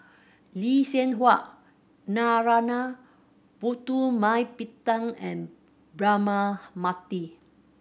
Lee Seng Huat Narana Putumaippittan and Braema Mathi